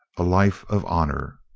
a life of honour.